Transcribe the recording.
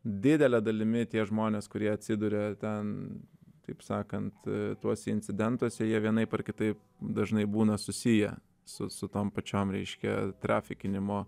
didele dalimi tie žmonės kurie atsiduria ten taip sakant tuos incidentuose jie vienaip ar kitaip dažnai būna susiję su su tom pačiom reiškia trafikinimo